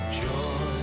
joy